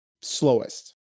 slowest